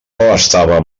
estava